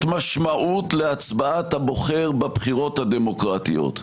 משמעות להצבעת הבוחר בבחירות הדמוקרטיות,